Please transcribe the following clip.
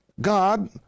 God